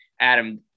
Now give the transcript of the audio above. Adam